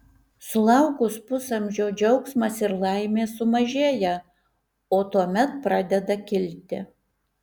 sulaukus pusamžio džiaugsmas ir laimė sumažėja o tuomet pradeda kilti